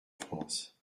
france